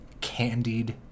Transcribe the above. candied